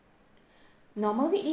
normal rates